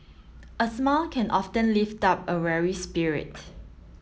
a smile can often lift up a weary spirit